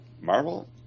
Marvel